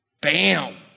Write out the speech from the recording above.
Bam